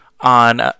on